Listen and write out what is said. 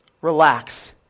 Relax